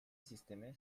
sistemi